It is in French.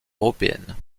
européenne